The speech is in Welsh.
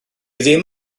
ddim